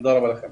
תודה רבה לכם.